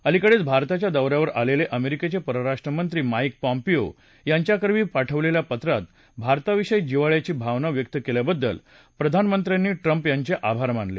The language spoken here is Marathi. अलीकडेच भारताच्या दौऱ्यावर आलेले अमेरिकेचे परराष्ट्रमंत्री माईक पॉम्पिओ यांच्याकरवी पाठवलेल्या पत्रात भारताविषयी जिव्हाळ्याची भावना व्यक्त केल्याबद्दल प्रधानमत्र्यांनी ट्रंप यांचे आभार मानले